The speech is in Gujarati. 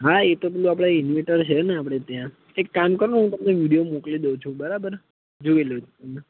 હા એ તો પેલું આપણે ઈન્વેર્ટર છેને આપણે ત્યાં એક કામ કરો હું તમને વિડિયો મોકલી દઉં છું બરાબર જોઈ લો તમે